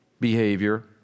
behavior